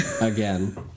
Again